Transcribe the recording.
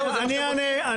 אני אענה.